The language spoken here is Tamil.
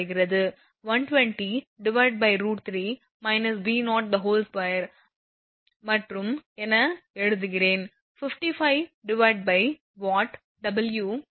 120√3− V0 2 மற்றும் என எழுதுகிறேன் 55W 110√3 − V0 2120√3 − V0